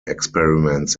experiments